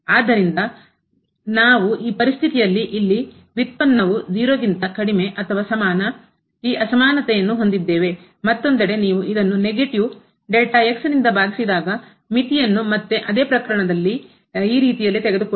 ಆದ್ದರಿಂದ ನಾವು ಈ ಪರಿಸ್ಥಿತಿಯಲ್ಲಿ ಇಲ್ಲಿ ವ್ಯುತ್ಪನ್ನ ವು ಗಿಂತ ಕಡಿಮೆ ಅಥವಾ ಸಮಾನ ಈ ಅಸಮಾನತೆಯನ್ನು ಹೊಂದಿದ್ದೇವೆ ಮತ್ತೊಂದೆಡೆ ನೀವು ಇದನ್ನು negative ಋಣಾತ್ಮಕ ನಿಂದ ಭಾಗಿಸಿದಾಗ ಮಿತಿಯನ್ನು ಮತ್ತೆ ಅದೇ ಪ್ರಕರಣದ ರೀತಿಯಲ್ಲಿ ತೆಗೆದುಕೊಳ್ಳಿ